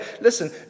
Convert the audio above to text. listen